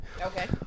Okay